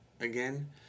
again